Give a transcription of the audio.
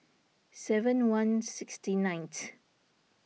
seven one six ninth